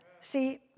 See